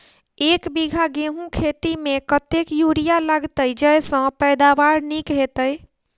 एक बीघा गेंहूँ खेती मे कतेक यूरिया लागतै जयसँ पैदावार नीक हेतइ?